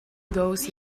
those